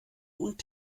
und